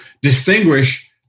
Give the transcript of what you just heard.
Distinguish